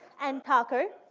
and paco,